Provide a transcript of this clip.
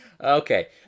Okay